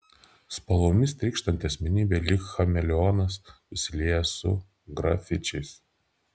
spalvomis trykštanti asmenybė lyg chameleonas susilieja su grafičiais